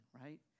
right